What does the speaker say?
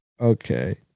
okay